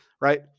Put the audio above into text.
right